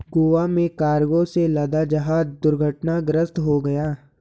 गोवा में कार्गो से लदा जहाज दुर्घटनाग्रस्त हो गया